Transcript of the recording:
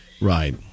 Right